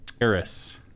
Eris